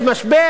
בבקשה,